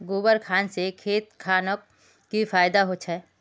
गोबर खान से खेत खानोक की फायदा होछै?